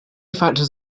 factors